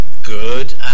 Good